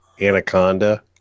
anaconda